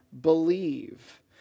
believe